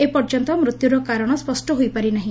ଏ ପର୍ଯ୍ୟନ୍ତ ମୃତ୍ୟୁର କାରଣ ସ୍ୱଷ୍ୟ ହୋଇପାରିନାହି